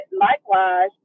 likewise